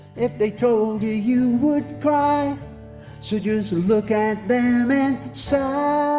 if they told you, you would cry so just look at them and sigh